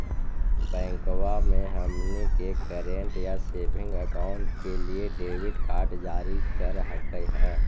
बैंकवा मे हमनी के करेंट या सेविंग अकाउंट के लिए डेबिट कार्ड जारी कर हकै है?